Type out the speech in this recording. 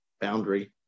boundary